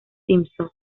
simpson